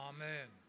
Amen